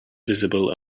visible